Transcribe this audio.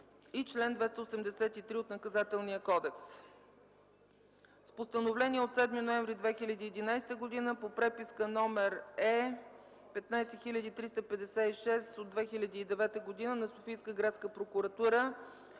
и чл. 283 от Наказателния кодекс. С Постановление от 7 ноември 2011 г. по преписка № Е 15356/2009 г. на Софийска градска прокуратура